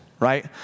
Right